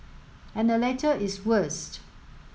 and the latter is worse